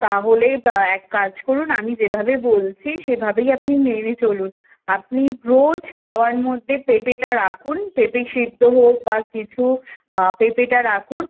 তাহলে এক কাজ করুন আমি যেভাবে বলছি সেভাবেই আপনি মেনে চলুন আপনি রোজ খাওয়ার মধ্যে পেঁপেটা রাখুন পেঁপে সিদ্ধ হোক বা কিছু পেঁপেটা রাখুন